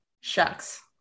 Shucks